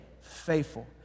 faithful